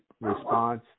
response